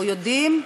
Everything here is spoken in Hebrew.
או יודעים,